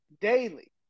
daily